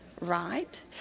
Right